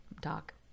doc